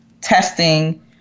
testing